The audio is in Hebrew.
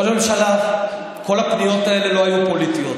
ראש הממשלה, כל הפניות האלה לא היו פוליטיות.